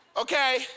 Okay